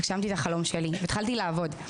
הגשמתי את החלום שלי והתחלתי לעבוד.